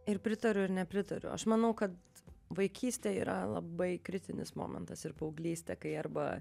ir pritariu ir nepritariu aš manau kad vaikystė yra labai kritinis momentas ir paauglystė kai arba